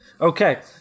Okay